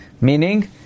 Meaning